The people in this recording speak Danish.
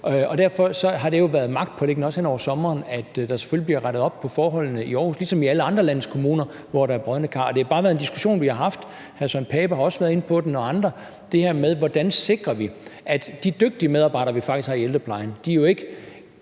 også hen over sommeren, at der selvfølgelig bliver rettet op på forholdene i Aarhus, ligesom i alle andre af landets kommuner, hvor der er brodne kar. Det har bare været en diskussion, vi har haft; hr. Søren Pape Poulsen og andre har også været inde på den, nemlig det her med, hvordan vi sikrer, at de dygtige medarbejdere, vi faktisk har i ældreplejen, jo ikke